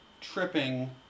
tripping